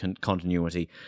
continuity